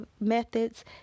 methods